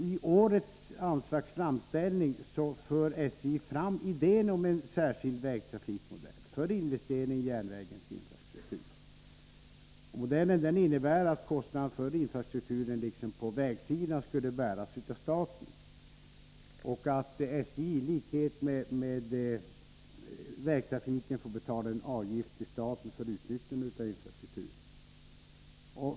I årets anslagsframställning för SJ fram idén om en särskild vägtrafikmodell för investering i järnvägens infrastruktur. Den modellen innebär att kostnaden för infrastrukturen liksom på vägsidan skulle bäras av staten och att SJ i likhet med vägtrafiken får betala en avgift till staten för utnyttjande av infrastrukturen.